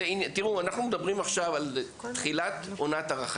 אנחנו מדברים עכשיו על תחילת עונת הרחצה.